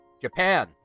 Japan